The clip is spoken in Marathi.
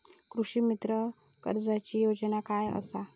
कृषीमित्र कर्जाची योजना काय असा?